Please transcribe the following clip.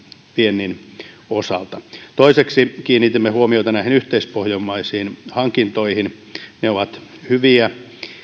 viennin osalta toiseksi kiinnitimme huomiota näihin yhteispohjoismaisiin hankintoihin ne ovat hyviä